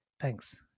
Thanks